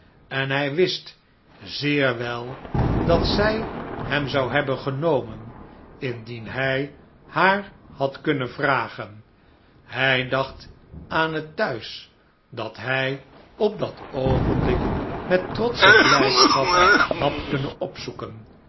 en hij wist zeer wel dat zij hem zou hebben genomen indien hij haar had kunnen vragen hij dacht aan het thuis dat hij op dat oogenblik met trotsche blijdschap had kunnen opzoeken